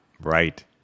Right